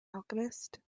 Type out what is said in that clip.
alchemist